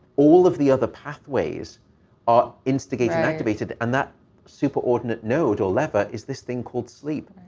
all of the other pathways are instigated, activated. and that superordinate node or lever is this thing called sleep.